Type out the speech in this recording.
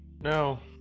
now